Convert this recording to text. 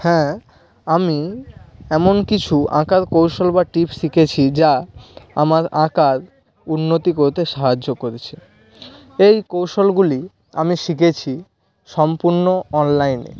হ্যাঁ আমি এমন কিছু আঁকার কৌশল বা টিপস শিখেছি যা আমাল আঁকার উন্নতি করতে সাহায্য করেছে এই কৌশলগুলি আমি শিখেছি সম্পূর্ণ অনলাইনে